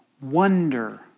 wonder